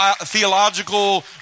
theological